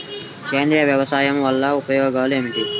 సేంద్రీయ వ్యవసాయం వల్ల ఉపయోగం ఏమిటి?